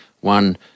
one